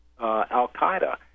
al-Qaeda